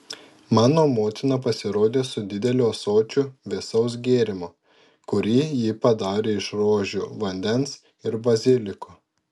mano motina pasirodė su dideliu ąsočiu vėsaus gėrimo kurį ji padarė iš rožių vandens ir baziliko